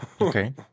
Okay